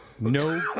No